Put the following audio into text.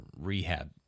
rehab